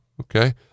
Okay